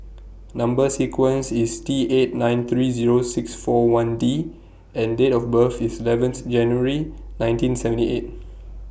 Number sequence IS T eight nine three Zero six four one D and Date of birth IS eleven January nineteen seventy eight